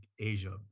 asia